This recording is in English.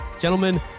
Gentlemen